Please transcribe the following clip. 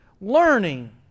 learning